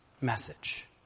message